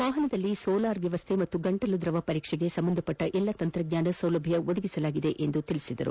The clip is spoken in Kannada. ವಾಪನದಲ್ಲಿ ಸೋಲಾರ್ ವ್ಯವಸ್ಥೆ ಹಾಗೂ ಗಂಟಲು ದ್ರವ ಪರೀಕ್ಷೆಗೆ ಸಂಬಂಧಪಟ್ಟ ಎಲ್ಲಾ ತಂತ್ರಜ್ಞಾನ ಸೌಲಭ್ಧ ಒದಗಿಸಲಾಗಿದೆ ಎಂದು ಅವರು ಹೇಳಿದರು